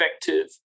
effective